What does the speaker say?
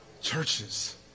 Churches